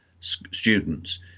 students